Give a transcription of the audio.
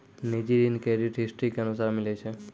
निजी ऋण credit history के अनुसार मिलै छै